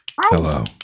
Hello